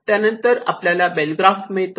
त्यानंतर आपल्याला bell graph मिळतो